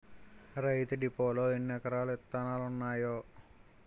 రైతు డిపోలో ఎన్నిరకాల ఇత్తనాలున్నాయో